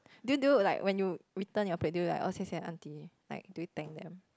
do you do like when you return your plate do you like oh 谢谢: xie xie aunty do you thank them